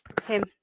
Tim